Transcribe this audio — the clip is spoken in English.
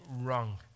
wrong